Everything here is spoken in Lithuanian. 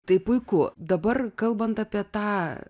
tai puiku dabar kalbant apie tą